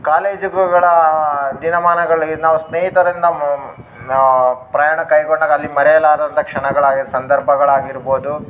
ಕಾಲೇಜುಗಳಾ ದಿನ ಮಾನಗಳಿಗೆ ನಾವು ಸ್ನೇಹಿತರಿನ ಪ್ರಯಾಣ ಕೈಗೊಂಡಾಗ ಅಲ್ಲಿಗೆ ಮರೆಯಲಾದಂಥ ಕ್ಷಣಗಳಾಗಿ ಸಂದರ್ಭಗಳಾಗಿರ್ಬೋದು